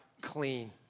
clean